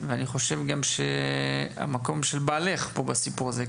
ואני חושב גם שהמקום של בעלך פה בסיפור הזה,